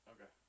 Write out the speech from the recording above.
Okay